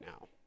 now